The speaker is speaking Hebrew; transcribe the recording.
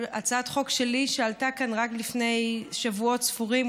הצעת חוק שלי עלתה כאן רק לפני שבועות ספורים,